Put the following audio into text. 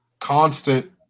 constant